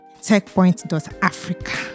TechPoint.Africa